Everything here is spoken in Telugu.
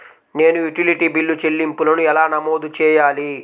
నేను యుటిలిటీ బిల్లు చెల్లింపులను ఎలా నమోదు చేయాలి?